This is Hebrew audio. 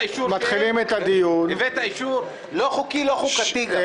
לא חוקי וגם לא חוקתי.